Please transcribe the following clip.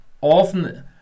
often